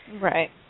Right